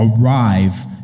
arrive